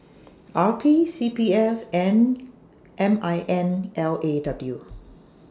R P C P F and M I N L A W